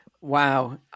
Wow